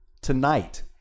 tonight